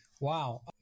Wow